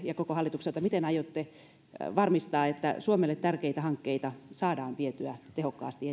ja koko hallitukselta miten aiotte varmistaa että suomelle tärkeitä hankkeita saadaan vietyä tehokkaasti